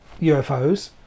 UFOs